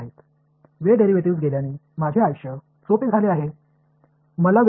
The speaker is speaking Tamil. டைம் டெரிவேட்டிவ்ஸ் போய்விட்டதால் எனது சார்பு வாழ்க்கை எளிதாகிவிட்டது